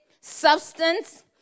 Substance